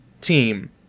team